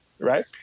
Right